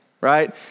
right